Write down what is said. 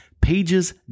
pages